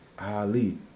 Ali